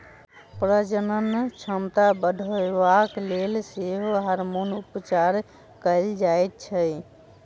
प्रजनन क्षमता बढ़यबाक लेल सेहो हार्मोन उपचार कयल जाइत छै